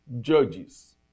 judges